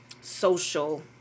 social